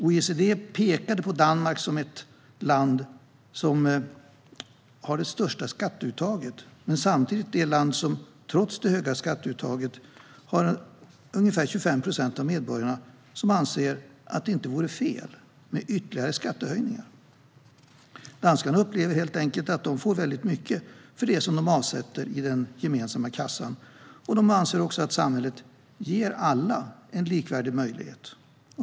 OECD pekade på Danmark som ett land som har det högsta skatteuttaget men där samtidigt, trots det höga skatteuttaget, ungefär 25 procent av medborgarna anser att det inte vore fel med ytterligare skattehöjningar. Danskarna upplever helt enkelt att de får väldigt mycket för det de avsätter i den gemensamma kassan. De anser också att samhället ger alla en likvärdig möjlighet.